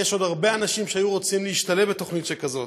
כי יש עוד הרבה אנשים שהיו רוצים להשתלב בתוכנית שכזאת.